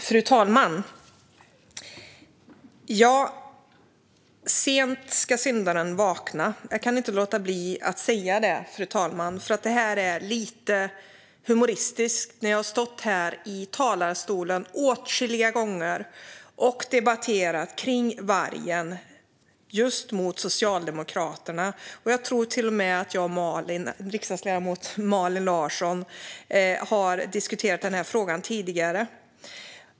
Fru talman! Sent ska syndaren vakna. Jag kan inte låta bli att säga det, fru talman, för detta är lite humoristiskt. Jag har stått här i talarstolen åtskilliga gånger och debatterat om vargen just med Socialdemokraterna. Jag tror till och med att jag och Malin Larsson har diskuterat denna fråga tidigare.